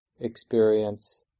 experience